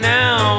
now